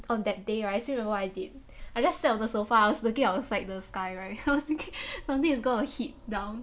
on that day right I still remember what I did I just sat on the sofa I was looking outside the sky right I was thinking something is gonna hit down